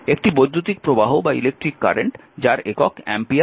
একটি বৈদ্যুতিক প্রবাহ যার একক অ্যাম্পিয়ার